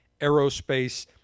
Aerospace